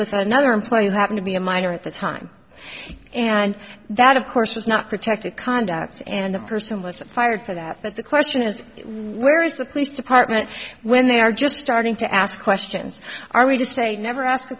with another employee who happen to be a minor at the time and that of course was not protected conduct and the person wasn't fired for that but the question is where is the police department when they are just starting to ask questions are we to say never ask